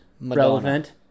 relevant